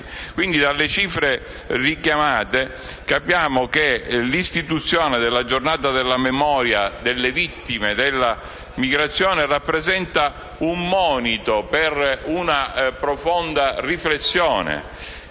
migranti. Dalle cifre richiamate capiamo quindi che l'istituzione della Giornata nazionale in memoria delle vittime dell'immigrazione rappresenta un monito per una profonda riflessione